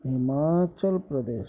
Himachal Pradesh